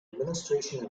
administration